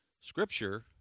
Scripture